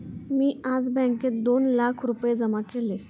मी आज बँकेत दोन लाख रुपये जमा केले